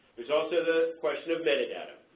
there's also the question of metadata.